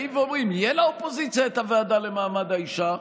באים ואומרים: תהיה לאופוזיציה את הוועדה למעמד האישה,